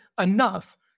enough